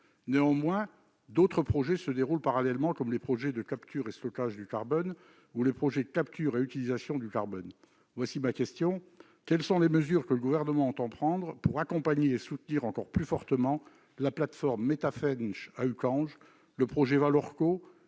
Néanmoins, d'autres projets se déroulent parallèlement comme les projets de capture et de stockage du carbone ou les projets de capture et d'utilisation du carbone. Madame la secrétaire d'État, quelles sont les mesures que le Gouvernement entend prendre pour accompagner et soutenir encore plus fortement la plateforme MetaFensch à Uckange, le projet Valorco,